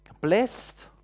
blessed